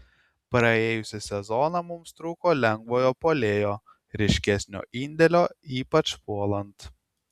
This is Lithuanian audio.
praėjusį sezoną mums trūko lengvojo puolėjo ryškesnio indėlio ypač puolant